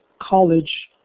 college,